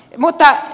kuitenkin